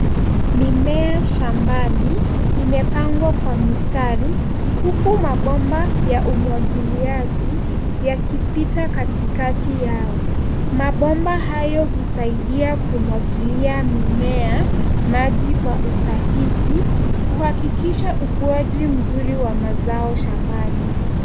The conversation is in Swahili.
Mimea shambani imepangwa kwa mistari, huku mabomba ya umwagiliaji yakipita katikati yao. Mabomba hayo husaidia kumwagilia mimea maji kwa usahihi kuhakikisha ukuaji mzuri wa mazao shambani.